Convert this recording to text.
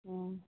হুম